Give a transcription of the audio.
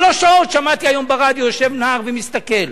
שלוש שעות, שמעתי היום ברדיו, יושב נער ומסתכל.